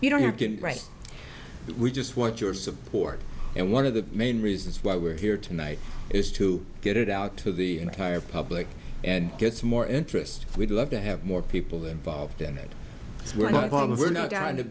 you don't have to write we just want your support and one of the main reasons why we're here tonight is to get it out to the entire public and gets more interest we'd love to have more people involved in it so we're not going to